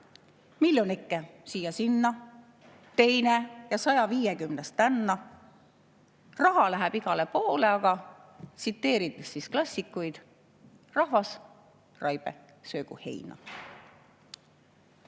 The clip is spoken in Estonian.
Miljonike siia, teine sinna ja 150. tänna. Raha läheb igale poole, aga tsiteerides klassikuid: rahvas, raibe, söögu heina.